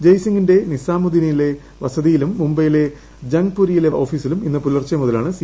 ജയ്സിങ്ങിന്റെ നിസാമുദീനിലെ വസതിയിലും മുംബൈയിലെ ജങ്ങ്പ്പ്പ്ര്രയിലെ ഓഫീസിലും ഇന്ന് പൂലർച്ചെ മുതലാണ് സി